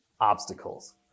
obstacles